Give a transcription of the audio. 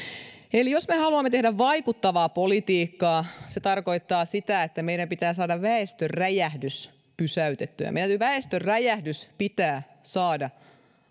eli jos me haluamme tehdä vaikuttavaa politiikkaa se tarkoittaa sitä että meidän pitää saada väestöräjähdys pysäytettyä meidän täytyy väestöräjähdys saada